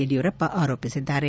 ಯಡಿಯೂರಪ್ಪ ಆರೋಪಿಸಿದ್ದಾರೆ